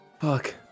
Fuck